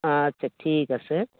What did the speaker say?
আচ্ছা ঠিক আছে